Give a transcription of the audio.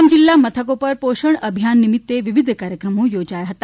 તમામ જિલ્લા મથકો પર પોષણ અભિયાન નિમિત્ત વિવિધ કાર્યક્રમો યોજાયા હતા